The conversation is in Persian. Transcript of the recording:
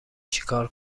چیکار